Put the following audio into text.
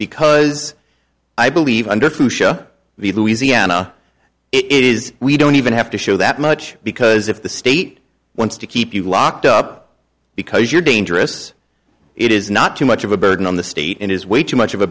because i believe under fuchsia the louisiana it is we don't even have to show that much because if the state wants to keep you locked up because you're dangerous it is not too much of a burden on the state and is way too much of a